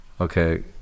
okay